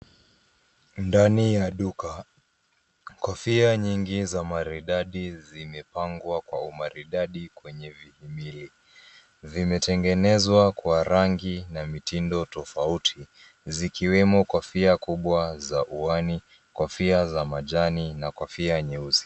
Ndani ya duka, kofia nyingi za maridadi zimepangwa kwa umaridadi kwenye vimihimili. vimetengenezwa kwa rangi na mitindo tofauti, zikiwemo kofia kubwa za huwani, kofia za majani, na kofia nyeusi.